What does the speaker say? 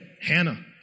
Hannah